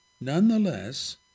Nonetheless